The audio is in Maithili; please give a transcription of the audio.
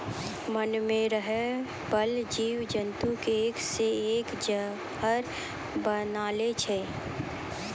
मान मे रहै बाला जिव जन्तु के एक से एक जहर बनलो छै